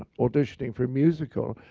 auditioning for a musical.